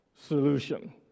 solution